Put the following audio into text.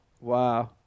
Wow